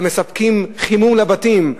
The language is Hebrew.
שמספקים חימום לבתים,